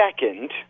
second